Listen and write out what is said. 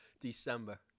December